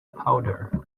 powder